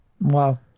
Wow